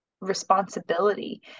responsibility